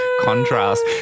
contrast